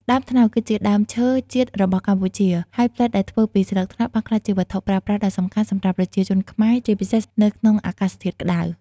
ដើមត្នោតគឺជាដើមឈើជាតិរបស់កម្ពុជា ហើយផ្លិតដែលធ្វើពីស្លឹកត្នោតបានក្លាយជាវត្ថុប្រើប្រាស់ដ៏សំខាន់សម្រាប់ប្រជាជនខ្មែរជាពិសេសនៅក្នុងអាកាសធាតុក្តៅ។